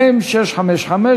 מ/655,